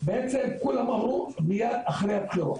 בעצם כולם אמרו מיד אחרי הבחירות.